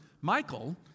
Michael